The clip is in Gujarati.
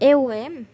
એવું છે એમ